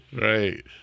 Right